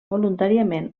voluntàriament